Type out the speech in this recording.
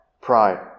pride